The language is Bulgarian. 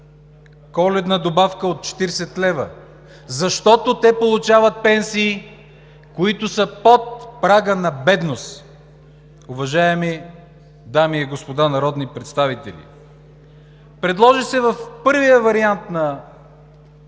коледна добавка от 40 лв., защото те получават пенсии, които са под прага на бедност. Уважаеми дами и господа народни представители, предложи се в първия вариант на бюджета